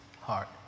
heart